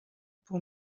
pour